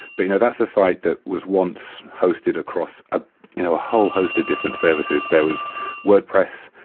but you know that's a site that was once hosted across ah you know a whole host of different services. there was wordpress.